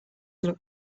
look